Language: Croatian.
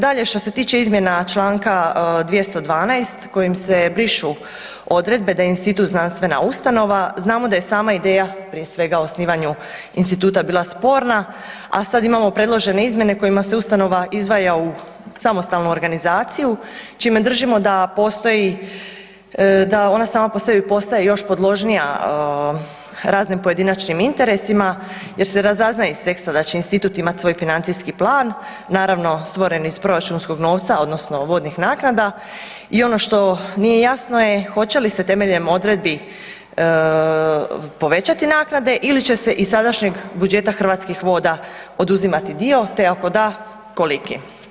Dalje, što se tiče izmjena Članka 212. kojim se brišu odredbe da je institut znanstvena ustanova, znamo da je sama ideja prije svega o osnivanju instituta bila sporna, a sad imamo predložene izmjene kojima se ustanova izdvaja u samostalnu organizaciju čime držimo da postoji, da ona sama po sebi postaje još podložnija raznim pojedinačnim interesima jer se razaznaje iz teksta da će institut imat svoj financijski plan, naravno stvoren iz proračunskog novca odnosno vodnih naknada i ono što nije jasno je hoće li se temeljem odredbi povećati naknade ili će se iz sadašnjeg budžeta Hrvatskih voda oduzimati dio, te ako da, kolike?